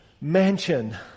mansion